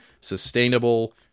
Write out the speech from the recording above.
sustainable